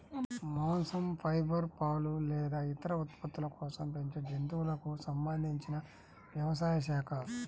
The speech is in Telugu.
మాంసం, ఫైబర్, పాలు లేదా ఇతర ఉత్పత్తుల కోసం పెంచే జంతువులకు సంబంధించిన వ్యవసాయ శాఖ